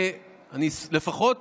אני לפחות